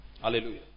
Hallelujah